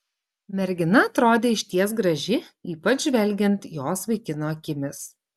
mergina atrodė išties graži ypač žvelgiant jos vaikino akimis